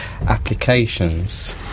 applications